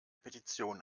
petition